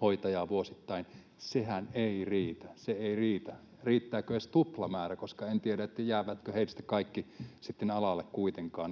hoitajaa vuosittain. Sehän ei riitä, se ei riitä. Riittääkö edes tuplamäärä, koska en tiedä, jäävätkö heistä kaikki sitten alalle kuitenkaan?